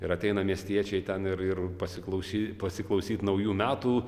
ir ateina miestiečiai ten ir ir pasiklausy pasiklausyt naujų metų